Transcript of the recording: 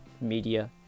Media